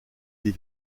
les